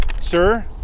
Sir